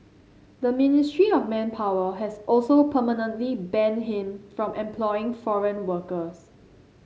the Ministry of Manpower has also permanently banned him from employing foreign workers